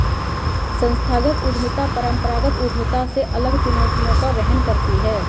संस्थागत उद्यमिता परंपरागत उद्यमिता से अलग चुनौतियों का वहन करती है